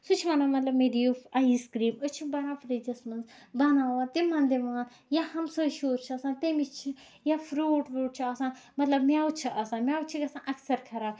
سُہ چھُ وَنان مطلب مےٚ دِیو اَیِس کریٖم أسۍ چھِ بَران فرجَس منٛز بَناوان تِمن دِوان یا ہَمساے شُر چھُ آسان تٔمِس چھِ یا فروٗٹ ووٗٹ چھُ آسان مطلب میوٕ چھُ آسان میوٕ چھُ گژھان اَکثر خراب